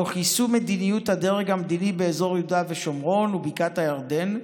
תוך יישום מדיניות הדרג המדיני באזור יהודה ושומרון ובקעת הירדן,